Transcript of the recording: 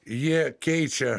jie keičia